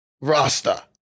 Rasta